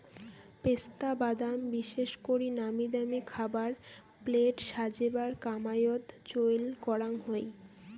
পেস্তা বাদাম বিশেষ করি নামিদামি খাবার প্লেট সাজেবার কামাইয়ত চইল করাং হই